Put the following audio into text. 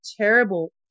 terrible